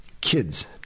kids